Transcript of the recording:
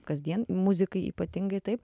kasdien muzikai ypatingai taip